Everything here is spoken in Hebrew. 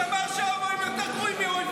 פינדרוס אמר שהומואים יותר גרועים מאויבינו,